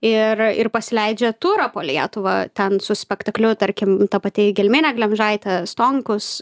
ir ir pasileidžia turą po lietuvą ten su spektakliu tarkim ta pati gelminė glemžaitė stonkus